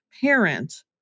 parent